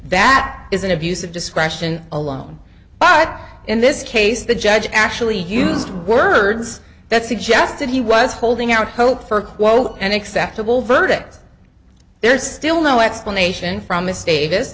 that is an abuse of discretion alone but in this case the judge actually used words that suggested he was holding out hope for a quote and acceptable verdict there's still no explanation from a stat